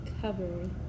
cover